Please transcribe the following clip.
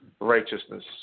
righteousness